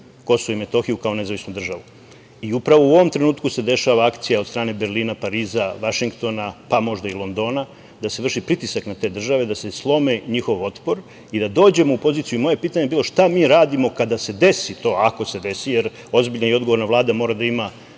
KiM kao nezavisnu državu. Upravo u ovom trenutku se dešava akcija od strane Berlina, Pariza, Vašingtona, pa možda i Londona da se vrši pritisak na te države da se slomi njihov otpor, i da dođemo u poziciju, moje pitanje bi bilo – šta mi radimo kada se desi to, ako se desi, jer ozbiljna i odgovorna Vlada mora da ima